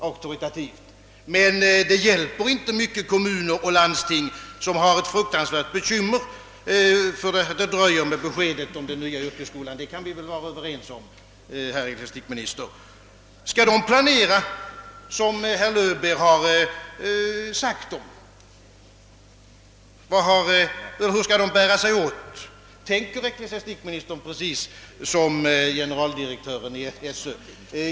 Men det hjälper inte i någon större utsträckning kommuner och landsting som har fruktansvärda bekymmer därför att det dröjer med beskedet om den nya yrkesskolan — det kan vi väl vara överens om, herr ecklesiastikminister. Skall de planera som herr Löwbeer har sagt? Hur skall de bära sig åt? Tänker ecklesiastikministern precis som generaldirektören i SÖ?